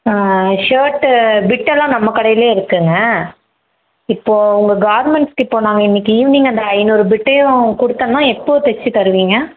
shirt பிட்டெல்லாம் நம்ம கடையிலே இருக்குங்க இப்போ உங்க கார்மெண்ட்ஸ்க்கு இப்போ நாங்க இன்னைக்கு ஈவினிங் அந்த ஐநூறு பிட்டையும் கொடுத்தனா எப்போது தெச்சு தருவீங்க